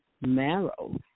marrow